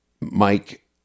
Mike